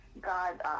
god